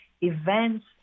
events